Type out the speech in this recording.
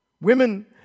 Women